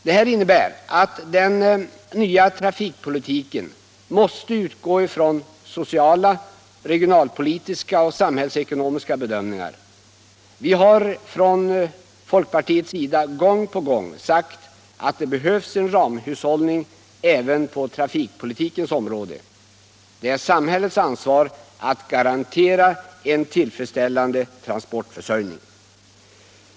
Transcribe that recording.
Det här innebär att den nya trafikpolitiken måste utgå från sociala, regionalpolitiska och samhällsekonomiska bedömningar. Vi har från folkpartiets sida gång på gång sagt att det behövs en ramhushållning även på trafikpolitikens område. Det är samhällets ansvar att garantera en tillfredsställande transportförsörjning.